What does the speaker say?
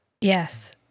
yes